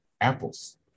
apples